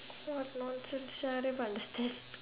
what nonsense sia I don't even understand